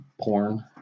porn